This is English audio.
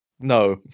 No